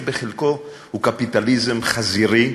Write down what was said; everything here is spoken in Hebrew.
שבחלקו הוא קפיטליזם חזירי,